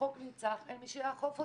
החוק נמצא ואין מי שיאכוף אותו.